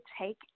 take